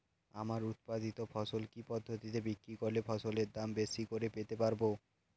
আমার উৎপাদিত ফসল কি পদ্ধতিতে বিক্রি করলে ফসলের দাম বেশি করে পেতে পারবো?